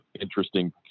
interesting